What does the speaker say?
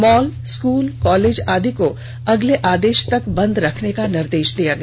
mall school college आदि को अगले आदेश तक बंद रखने का निर्देश दिया गया